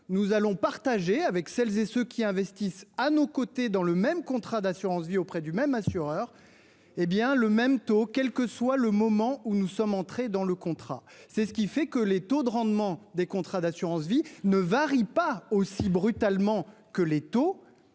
nous allons partager avec celles et ceux qui investissent à nos côtés dans le même contrat d'assurance vie auprès du même assureur hé bien le même taux, quel que soit le moment où nous sommes entrés dans le contrat, c'est ce qui fait que les taux de rendement des contrats d'assurance vie ne varie pas aussi brutalement que les taux